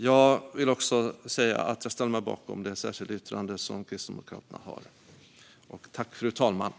Jag ställer mig bakom Kristdemokraternas särskilda yttrande.